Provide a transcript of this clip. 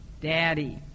daddy